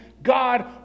god